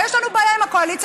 יש לנו בעיה עם הקואליציה.